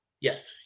yes